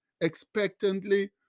expectantly